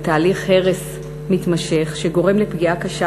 בתהליך הרס מתמשך שגורם לפגיעה קשה